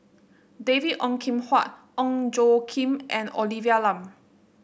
David Ong Kim Huat Ong Tjoe Kim and Olivia Lum